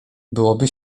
byłoby